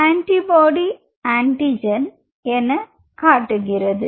antibody antigen antigen எனக் காட்டுகிறது